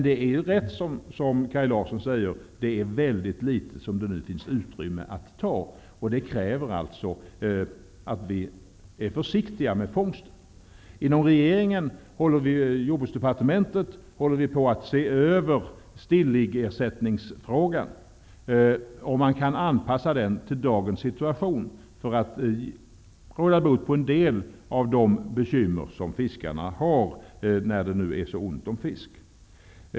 Det är riktigt som Kaj Larsson säger att det finns mycket litet att ta, och vi måste vara försiktiga med fångsten. Inom Jordbruksdepartementet håller vi på att se över om stilliggersättningen kan anpassas till dagens situation för att råda bot på en del av de bekymmer som fiskarna har på grund av att det är så ont om fisk.